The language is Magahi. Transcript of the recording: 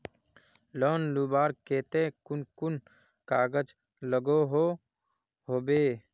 लोन लुबार केते कुन कुन कागज लागोहो होबे?